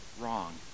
wrong